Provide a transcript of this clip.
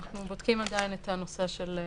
אנחנו בודקים עדיין את הנושא של-